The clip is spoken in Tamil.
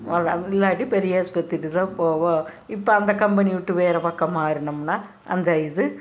அது அது இல்லாட்டி பெரியாஸ்பத்திரி தான் போவோம் இப்போ அந்த கம்பெனி விட்டு வேறு பக்கம் மாறினோம்னா அந்த இது